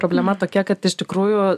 problema tokia kad iš tikrųjų